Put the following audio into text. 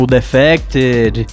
Defected